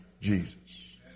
Jesus